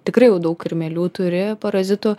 tikrai jau daug kirmėlių turi parazitų